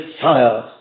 fire